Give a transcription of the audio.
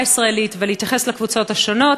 הישראלית ולהתייחס לקבוצות השונות,